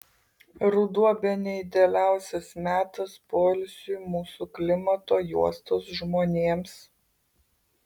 ruduo bene idealiausias metas poilsiui mūsų klimato juostos žmonėms